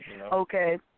Okay